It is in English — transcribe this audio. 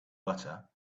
butter